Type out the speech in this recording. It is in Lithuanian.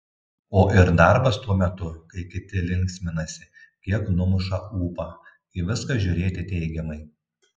o ir darbas tuo metu kai kiti linksminasi kiek numuša ūpą į viską žiūrėti teigiamai